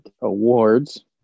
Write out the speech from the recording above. awards